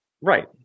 Right